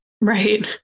Right